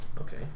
Okay